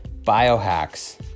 biohacks